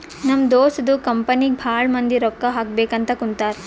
ನಮ್ ದೋಸ್ತದು ಕಂಪನಿಗ್ ಭಾಳ ಮಂದಿ ರೊಕ್ಕಾ ಹಾಕಬೇಕ್ ಅಂತ್ ಕುಂತಾರ್